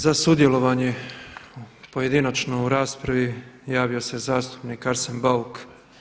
Za sudjelovanje pojedinačno u raspravi javio se zastupnik Arsen Bauk.